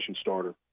starter